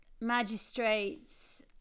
magistrates